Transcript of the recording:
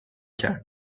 کرد